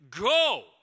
Go